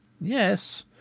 yes